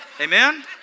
Amen